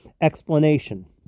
explanation